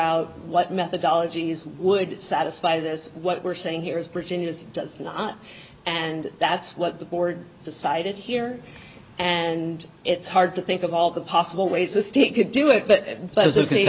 out what methodology is would satisfy this what we're saying here is britain is does not and that's what the board decided here and it's hard to think of all the possible ways the state could do it but i was a